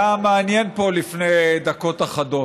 היה מעניין פה לפני דקות אחדות.